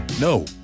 no